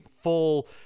full